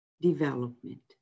development